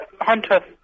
Hunter